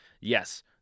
yes